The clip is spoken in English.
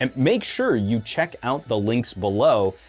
um make sure you check out the links below,